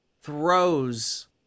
throws